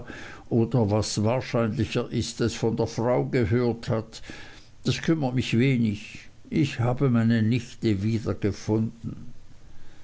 oder was wahrscheinlicher ist es von der frau gehört hat das kümmert mich wenig ich habe meine nichte wieder